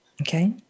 Okay